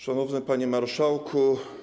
Szanowny Panie Marszałku!